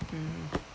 mm